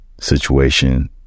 situation